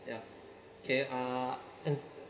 ya K uh